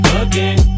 again